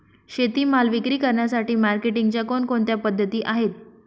शेतीमाल विक्री करण्यासाठी मार्केटिंगच्या कोणकोणत्या पद्धती आहेत?